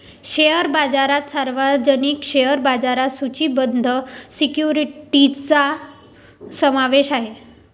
share बाजारात सार्वजनिक share बाजारात सूचीबद्ध सिक्युरिटीजचा समावेश आहे